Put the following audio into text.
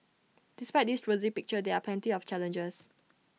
despite this rosy picture there are plenty of challenges